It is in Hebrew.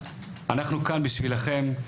אנחנו כאן בשבילכם,